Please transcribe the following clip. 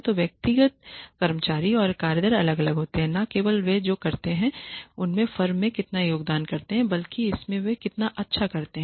तो व्यक्तिगत कर्मचारी और कार्य दल अलग अलग होते हैं न केवल वे जो करते हैं उसमें फर्म में कितना योगदान करते हैं बल्कि इसमें वे कितना अच्छा करते हैं